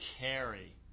carry